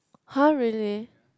[huh] really